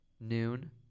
noon